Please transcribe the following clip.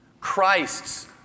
Christ's